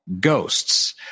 ghosts